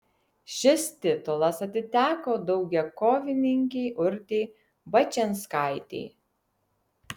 šis titulas atiteko daugiakovininkei urtei bačianskaitei